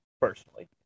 personally